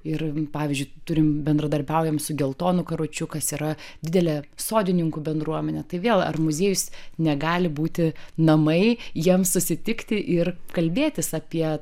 ir pavyzdžiui turim bendradarbiaujam su geltonu karučiu kas yra didelė sodininkų bendruomenė tai vėl ar muziejus negali būti namai jiem susitikti ir kalbėtis apie